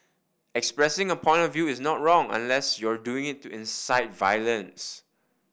expressing a point of view is not wrong unless you're doing it to incite violence